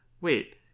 wait